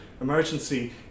emergency